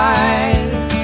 eyes